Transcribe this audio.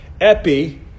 Epi